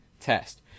test